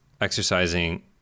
exercising